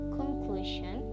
conclusion